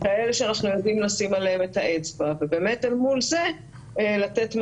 כאלה שאנחנו יודעים לשים עליהן את האצבע ובאמת אל מול זה לתת מענה.